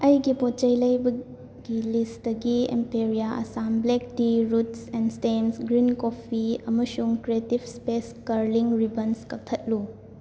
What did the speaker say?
ꯑꯩꯒꯤ ꯄꯣꯠ ꯆꯩ ꯂꯩꯕꯒꯤ ꯂꯤꯁꯇꯒꯤ imperial Assam black tea roots and stems green coffee ꯑꯃꯁꯨꯡ ꯀ꯭ꯔꯤꯌꯦꯇꯤꯐ ꯏꯁꯄꯦꯁ ꯀꯔꯂꯤꯡ ꯔꯤꯕꯟꯁ ꯀꯛꯊꯠꯂꯨ